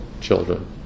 children